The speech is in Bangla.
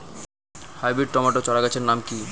হাইব্রিড টমেটো চারাগাছের নাম কি?